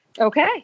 Okay